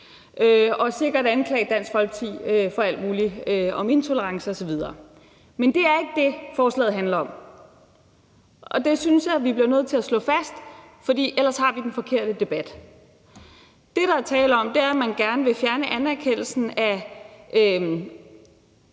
og sikkert anklage Dansk Folkeparti for alt muligt om intolerance osv. Men det er ikke det, forslaget handler om, og det synes jeg vi bliver nødt til at slå fast, for ellers har vi den forkerte debat. Det, der er tale om, er, at man gerne vil fjerne anerkendelsen af